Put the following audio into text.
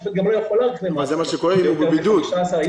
השופט גם לא יכול להאריך לי יותר מ-15 יום.